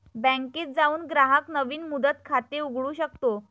बँकेत जाऊन ग्राहक नवीन मुदत खाते उघडू शकतो